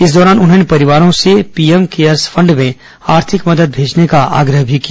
इस दौरान उन्होंने परिवारों से पीएम केयर्स फंड में आर्थिक मदद भेजने का आग्रह भी किया